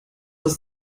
das